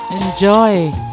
Enjoy